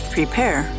Prepare